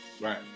Right